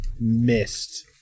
Missed